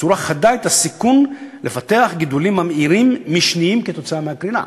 בצורה חדה את הסיכון לפתח גידולים ממאירים משניים כתוצאה מהקרינה,